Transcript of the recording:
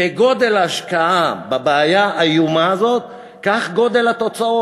כגודל ההשקעה בבעיה האיומה הזאת, כך גודל התוצאות.